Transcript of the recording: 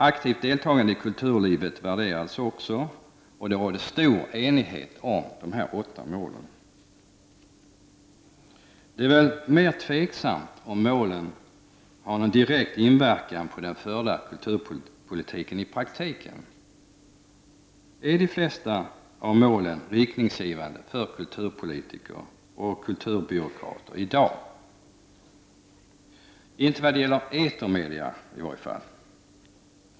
Aktivt deltagande i kulturlivet värderades också. Det rådde stor enighet om dessa åtta mål. Det är väl mer tveksamt om målen har någon direkt inverkan på den förda kulturpolitiken i praktiken, Är de flesta av målen riktningsgivande för kulturpolitiker och kulturbyråkrater i dag? Inte vad gäller etermedia i varje fall.